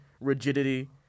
rigidity